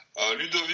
Ludovic